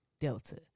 Delta